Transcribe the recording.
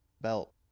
Belt